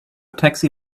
taxi